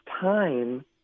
time